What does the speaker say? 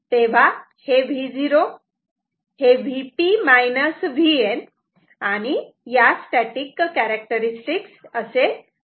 तेव्हा हे Vo हे Vp Vn आणि या स्टॅटिक कॅरेक्टरस्टिक्स असे असेल